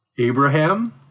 Abraham